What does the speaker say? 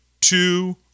two